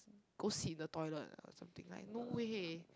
go sit in the toilet or something like no way